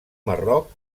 marroc